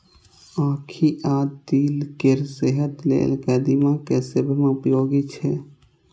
आंखि आ दिल केर सेहत लेल कदीमा के सेवन उपयोगी छै